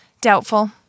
Doubtful